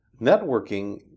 networking